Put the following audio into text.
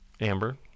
Amber